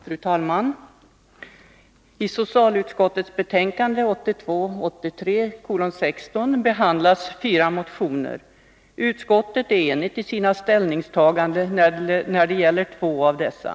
Fru talman! I socialutskottets betänkande 1982/83:16 behandlas fyra motioner. Utskottet är enigt i sina ställningstaganden när det gäller två av dessa.